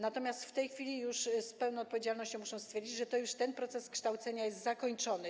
Natomiast w tej chwili z pełną odpowiedzialnością muszę stwierdzić, że ten proces kształcenia jest zakończony.